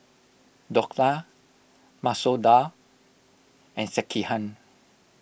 Dhokla Masoor Dal and Sekihan